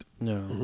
No